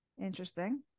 Interesting